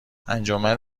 انجمن